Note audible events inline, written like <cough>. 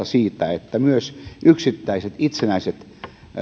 <unintelligible> siitä että myös yksittäiset itsenäiset